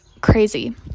crazy